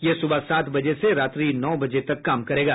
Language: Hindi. यह सुबह सात बजे से रात्रि नौ बजे तक काम करेगा